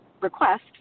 request